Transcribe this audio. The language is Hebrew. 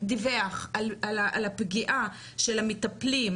דיווח על פגיעה של המטופלים